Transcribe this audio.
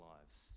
lives